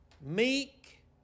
meek